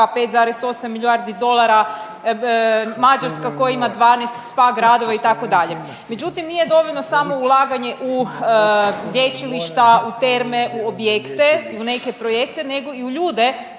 5,8 milijardi dolara, Mađarska koja ima 12 spa gradova itd.. Međutim, nije dovoljno samo ulaganje u lječilišta u terme u objekte i u neke projekte nego i u ljude